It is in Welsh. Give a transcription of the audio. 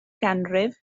ganrif